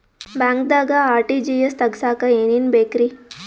ಬ್ಯಾಂಕ್ದಾಗ ಆರ್.ಟಿ.ಜಿ.ಎಸ್ ತಗ್ಸಾಕ್ ಏನೇನ್ ಬೇಕ್ರಿ?